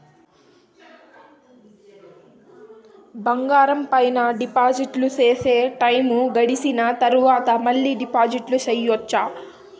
బంగారం పైన డిపాజిట్లు సేస్తే, టైము గడిసిన తరవాత, మళ్ళీ డిపాజిట్లు సెయొచ్చా?